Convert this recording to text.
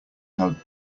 how